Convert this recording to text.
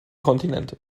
kontinente